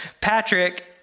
Patrick